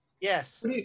Yes